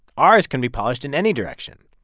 ours can be polished in any direction